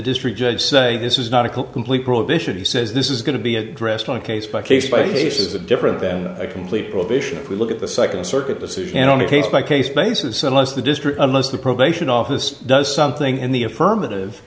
district judge say this is not a complete prohibition he says this is going to be addressed on a case by case by case of a different than a complete prohibition if we look at the second circuit decision on a case by case basis unless the district of most of the probation office does something in the affirmative